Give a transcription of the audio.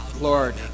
Lord